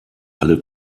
alle